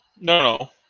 No